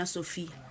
Sophie